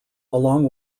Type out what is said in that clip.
along